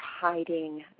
hiding